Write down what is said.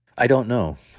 i don't know.